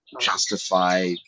justify